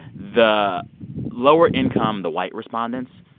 the lower income the white respondents,